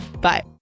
Bye